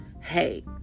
Hey